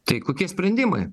tai kokie sprendimai